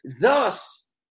Thus